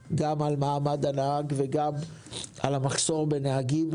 מחקר גם על מעמד הנהג וגם על המחסור בנהגים.